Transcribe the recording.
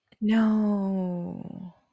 no